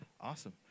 Awesome